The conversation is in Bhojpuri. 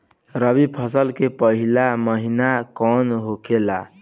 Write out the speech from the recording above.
रबी फसल के पहिला महिना कौन होखे ला?